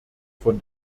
von